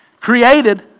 Created